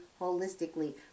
holistically